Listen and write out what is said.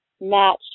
match